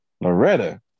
Loretta